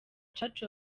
church